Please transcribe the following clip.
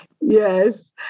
Yes